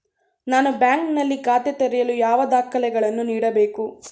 ನಾನು ಬ್ಯಾಂಕ್ ನಲ್ಲಿ ಖಾತೆ ತೆರೆಯಲು ಯಾವ ದಾಖಲೆಗಳನ್ನು ನೀಡಬೇಕು?